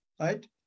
right